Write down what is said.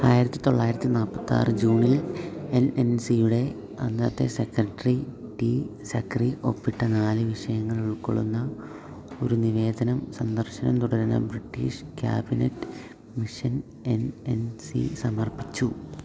ആയിരത്തി തൊള്ളായിരത്തി നാൽപ്പത്താറ് ജൂണിൽ എൻ എൻ സിയുടെ അന്നത്തെ സെക്രട്ടറി ടി സക്രി ഒപ്പിട്ട നാല് വിഷയങ്ങളുൾക്കൊള്ളുന്ന ഒരു നിവേദനം സന്ദര്ശനം തുടരുന്ന British cabinet mission N N C സമർപ്പിച്ചു